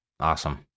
Awesome